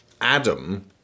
Adam